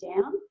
down